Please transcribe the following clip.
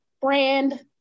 brand